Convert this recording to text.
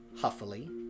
huffily